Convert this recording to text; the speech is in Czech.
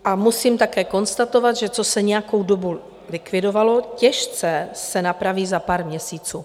A musím také konstatovat, že co se nějakou dobu likvidovalo, těžce se napraví za pár měsíců.